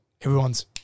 Everyone's